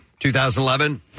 2011